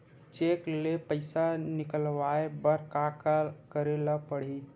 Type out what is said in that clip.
Cheque ले पईसा निकलवाय बर का का करे ल पड़हि?